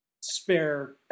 spare